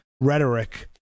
rhetoric